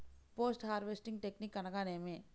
Post harvesting technique అనగా నేమి?